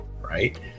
right